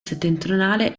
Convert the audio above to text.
settentrionale